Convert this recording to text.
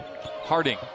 Harding